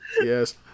Yes